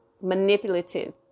manipulative